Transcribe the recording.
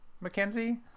Mackenzie